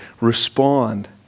respond